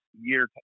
year